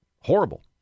Horrible